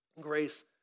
grace